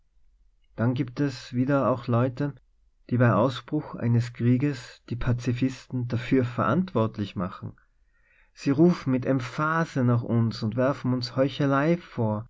dann gibt es wieder auch leute die bei ausbruch eines krieges die pazifisten dafür verantwortlich machen sie rufen mit emphase nach uns und werfen uns heu chelei vor